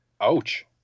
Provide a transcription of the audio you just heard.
Ouch